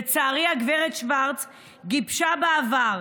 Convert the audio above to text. לצערי, גב' שוורץ גיבשה בעבר,